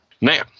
Now